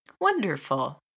Wonderful